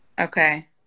Okay